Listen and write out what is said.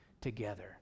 together